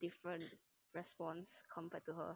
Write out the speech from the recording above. different response compared to her